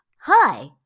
Hi